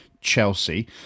Chelsea